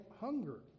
hunger